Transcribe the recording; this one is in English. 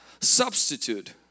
substitute